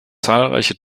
zahlreiche